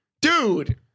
dude